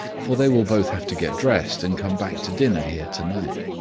for they will both have to get dressed and come back to dinner here tonight.